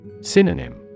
Synonym